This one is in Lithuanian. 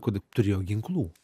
kad turėjo ginklų